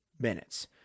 minutes